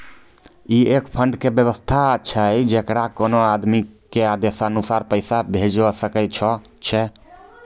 ई एक फंड के वयवस्था छै जैकरा कोनो आदमी के आदेशानुसार पैसा भेजै सकै छौ छै?